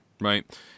right